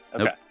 Okay